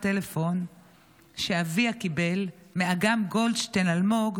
טלפון שאביה קיבל מאגם גולדשטיין-אלמוג,